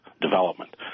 development